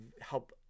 help